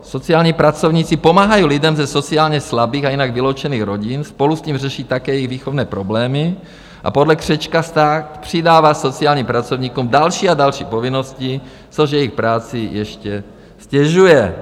Sociální pracovníci pomáhají lidem ze sociálně slabých a jinak vyloučených rodin, spolu s tím řeší také jejich výchovné problémy a podle Křečka stát přidává sociální pracovníkům další a další povinnosti, což jejich práci ještě ztěžuje.